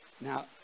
Now